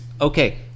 Okay